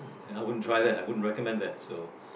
I wouldn't try that I wouldn't recommend that so